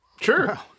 Sure